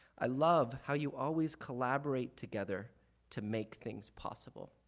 i love how you always collaborate together to make things possible.